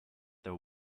their